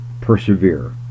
persevere